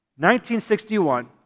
1961